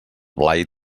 blai